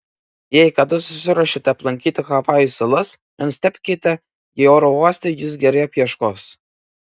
jei kada susiruošite aplankyti havajų salas nenustebkite jei oro uoste jus gerai apieškos